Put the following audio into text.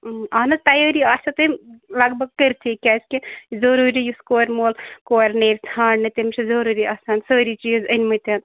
اَہن حظ تیٲری آسوٕ تٔمۍ لگ بھگ کٔرتھٕے کیٛازِکہِ ضروٗری یُس کورِ مول کورِ نیرِ ژھانٛڈنہٕ تٔمِۍ چھِ ضروٗری آسان سٲری چیٖز أنۍ مِتۍ